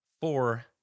four